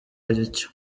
aricyo